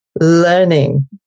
learning